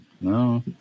No